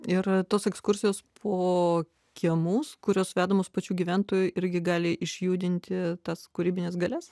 ir tos ekskursijos po kiemus kurios vedamos pačių gyventojų irgi gali išjudinti tas kūrybines galias